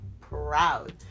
proud